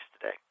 today